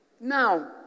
Now